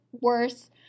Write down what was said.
worse